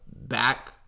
back